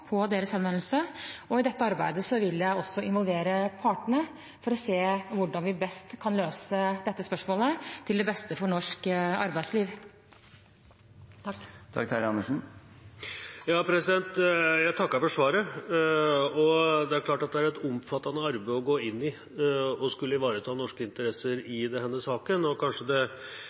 på deres henvendelse, og i dette arbeidet vil jeg også involvere partene for å se hvordan vi best kan løse dette spørsmålet til det beste for norsk arbeidsliv. Jeg takker for svaret. Det er klart at det er et omfattende arbeid å gå inn i og skulle ivareta norske interesser i denne saken – og kanskje det